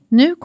nu